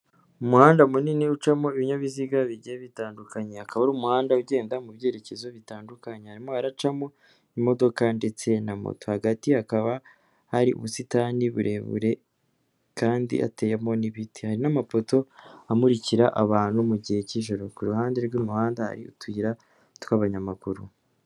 Umuhanda munini ucamo ibinyabiziga bigiye bitandukanye, hakaba hari umuhanda ugenda mu byerekezo bitandukanye, harimo haracamo imodoka ndetse na moto, hagati hakaba hari ubusitani burebure kandi hateyeho n'ibite n'amapoto amurikira abantu mu gihe cy'ijoro, ku ruhande rw'umuhanda hari utuyira tw'abanyamaguru.